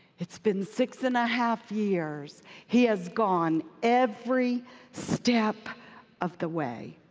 it's been six and a half years. he has gone every step of the way.